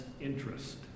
interest